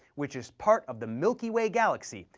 which is part of the milky way galaxy,